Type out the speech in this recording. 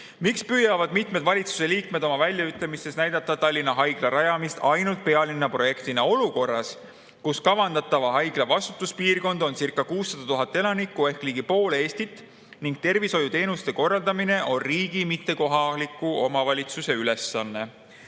Miks püüavad mitmed valitsuse liikmed oma väljaütlemistes näidata Tallinna Haigla rajamist ainult pealinna projektina olukorras, kus kavandatava haigla vastutuspiirkond oncirca600 000 elanikku ehk ligi pool Eestit ning tervishoiuteenuste korraldamine on riigi, mitte kohaliku omavalitsuse ülesanne?